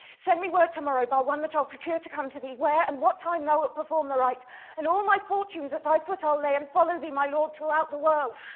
send me word to-morrow, by one that i'll procure to come to thee, where and what time thou wilt perform the rite and all my fortunes at thy foot i'll lay and follow thee my lord throughout the world.